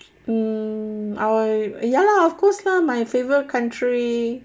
um I ya lah of course lah my favourite country